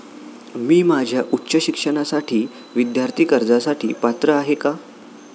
मी माझ्या उच्च शिक्षणासाठी विद्यार्थी कर्जासाठी पात्र आहे का?